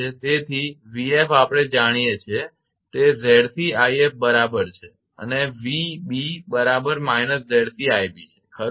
તેથી 𝑣𝑓 આપણે જાણીએ છીએ તે 𝑍𝑐𝑖𝑓 બરાબર છે અને 𝑣𝑏 બરાબર −𝑍𝑐𝑖𝑏 છે ખરુ ને